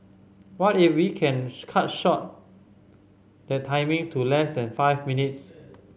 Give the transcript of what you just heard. what if we can cut short that timing to less than five minutes